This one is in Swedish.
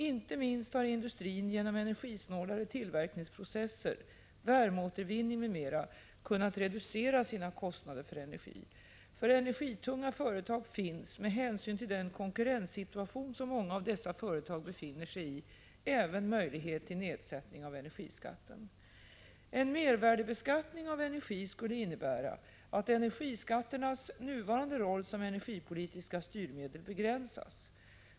Inte minst har industrin genom energisnålare tillverkningsprocesser, värmeåtervinning m.m. kunnat reducera sina kostnader för energi. För energitunga företag finns, med hänsyn till den konkurrenssituation som många av dessa företag befinner sig i, även möjlighet till nedsättning av energiskatten. En mervärdebeskattning av energi skulle innebära att energiskatternas nuvarande roll som energipolitiska styrmedel begränsas.